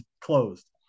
closed